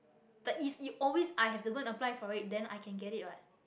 but it is always i have to go and apply for it then i can get it [what]